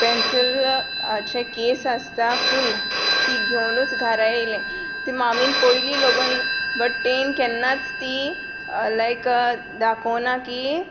पेन्सिलाचें case आसता फूल ती घेवनूच घारा येयलें ती मामीन पोयली लोगून बट तियेन केन्नाच ती लायक दाखोवं ना की